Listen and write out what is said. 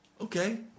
Okay